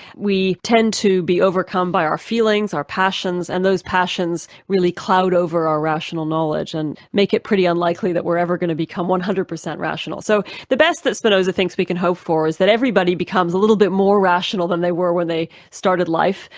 we tend to be overcome by our feelings, our passions, and those passions really cloud over our rational knowledge, and make it pretty unlikely that we're ever going to become one hundred percent rational. so the best that spinoza thinks we can hope for is that everybody becomes a little bit more rational than they were when they started life,